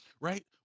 right